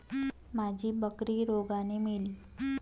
माझी बकरी रोगाने मेली